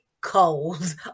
cold